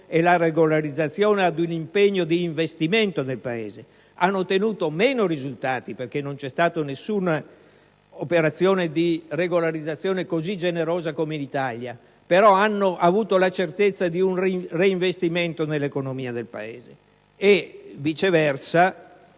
e la regolarizzazione ad un impegno di investimento nel Paese: hanno ottenuto meno risultati, perché non c'è stata nessuna operazione di regolarizzazione così generosa come in Italia; però hanno avuto la certezza di un reinvestimento nell'economia nazionale. Viceversa,